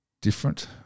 different